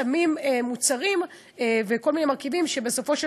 שמים מוצרים וכל מיני מרכיבים שבסופו של